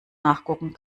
nachgucken